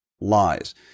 lies